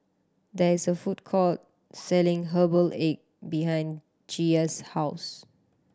there is a food court selling herbal egg behind Gia's house